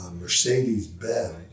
Mercedes-Benz